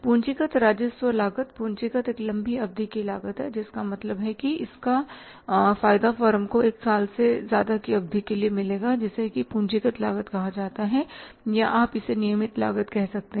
पूंजीगत राजस्व लागत पूंजीगत एक लंबी अवधि की लागत है जिसका मतलब है कि इसका फायदा फर्म को एक साल से ज्यादा की अवधि के लिए मिलेगा जिसे पूंजीगत लागत कहा जाता है या आप इसे नियमित लागत कह सकते हैं